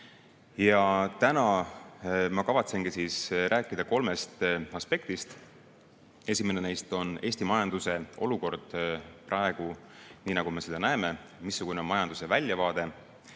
ma kavatsen rääkida kolmest aspektist: esimene neist on Eesti majanduse olukord praegu, nii nagu me seda näeme, missugune on majanduse väljavaade;